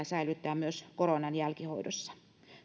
säilyttää myös koronan jälkihoidossa